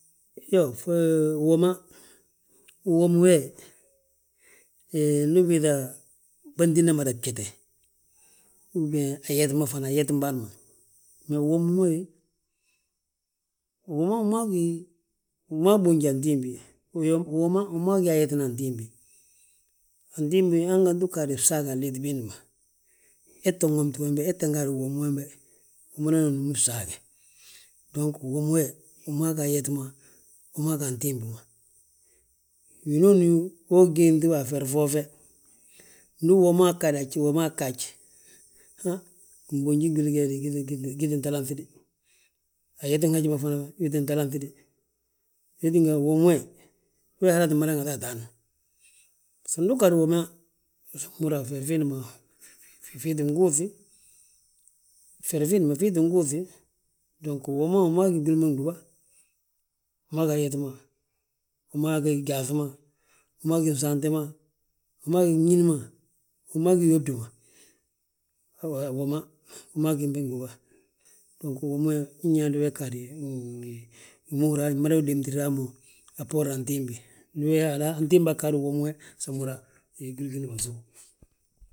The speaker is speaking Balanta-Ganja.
Iyoo, uwoma, uwomi we, hee ndu ubiiŧa, bântina mada bjete, uben yati ma fana, ayetim bâan ma. Mee uwoma wi, uwom ma, wu maa boonji antimbi, uwoma wu maa ga ayetna antimbi. Antimbi hanganti uu ggaade bsaage a liiti biindi ma, etan womti wembe, etan gaadi uwomi wembe, wi madana númi bsaage. Dong uwomi we, wi maa ga ayet ma, wi maa ga antimbi ma. Winooni wo gínŧ be a feri foo fe, ndi uwoma gade haj, uwomaa ggaaj, han, gimboonji gwili ge de gii tti talanɓi de. Ayeti haji ma fana wii ttin tanlanŧi de, we tínga uwomi we, we halaa tti mada ŋati ataan. Húri yaa nduu ggaade uwoma, uhúri yaa, feri fiindi ma fii ttin guuŧu, feri fiindi ma fii ttin guuŧ. Dong uwom ma wi maa gí gwili ma gdúba, wi ma gí ayeti ma, wi maa gí gyaaŧi ma, wi maa gí fnsaanti ma, wi maa gí gñín ma, wi maa gí yóbdi ma, uwoma wi maa gembe gdúba, uwoma nñaande wee ggaadi wi ma húri yaa hali ma wi démtira hammu a bboora antimbi. Ndi we Haala, antimbaa ggaadi guŋ we so uhúra gwili gilli ma sów.